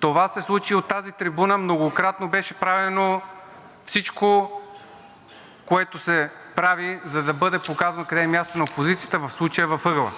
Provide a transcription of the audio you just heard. Това се случи. И от тази трибуна многократно беше правено всичко, което се прави, за да бъде показвано къде е мястото на опозицията, а в случая – в ъгъла.